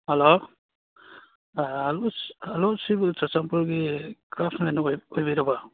hello hello ꯁꯤꯕꯨ ꯆꯨꯔꯆꯥꯝꯄꯨꯔꯒꯤ craftsmen ꯑꯣꯏꯕꯤꯔꯕꯥ